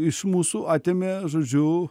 iš mūsų atėmė žodžiu